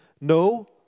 No